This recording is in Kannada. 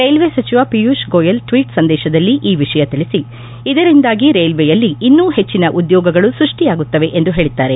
ರೈಲ್ವೆ ಸಚಿವ ಪಿಯೂಷ್ ಗೋಯಲ್ ಟ್ವೀಟ್ ಸಂದೇಶದಲ್ಲಿ ಈ ವಿಷಯ ತಿಳಿಸಿ ಇದರಿಂದಾಗಿ ರೈಲ್ವೆಯಲ್ಲಿ ಇನ್ನೂ ಹೆಚ್ಚಿನ ಉದ್ಯೋಗಗಳು ಸೃಷ್ಟಿಯಾಗುತ್ತವೆ ಎಂದು ಹೇಳಿದ್ದಾರೆ